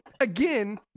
again